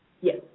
Yes